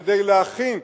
כדי להכין,